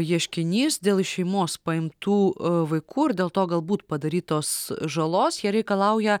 ieškinys dėl iš šeimos paimtų vaikų ir dėl to galbūt padarytos žalos jie reikalauja